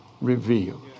revealed